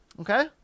Okay